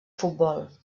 futbol